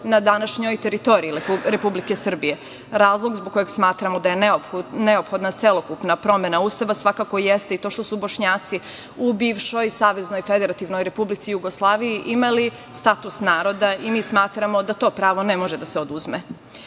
na današnjoj teritoriji Republike Srbije. Razlog zbog kojeg smatramo da je neophodna celokupna promena Ustava svakako jeste i to što su Bošnjaci u bivšoj SFRJ imali status naroda i mi smatramo da to pravo ne može da se oduzme. Veoma